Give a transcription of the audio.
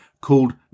called